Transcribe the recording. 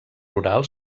rural